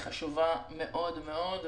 חשובה מאוד מאוד,